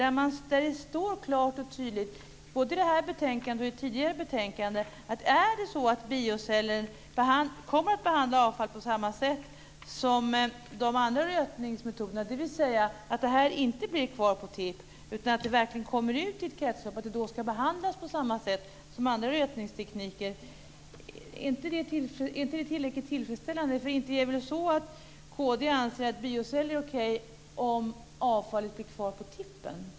Det står klart och tydligt i detta betänkande och i ett tidigare betänkande att bioceller kommer att behandla avfall på samma sätt som de andra rötningsmetoderna, dvs. att avfallet inte blir kvar på tipp utan verkligen kommer ut i ett kretslopp och ska då behandlas på samma sätt som andra rötningstekniker. Är inte det tillräckligt tillfredsställande? Inte är det väl så att kd anser att bioceller är okej om avfallet är kvar på tippen?